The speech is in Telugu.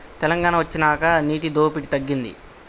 తెలంగాణ వొచ్చినాక నీటి దోపిడి తగ్గింది